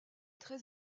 très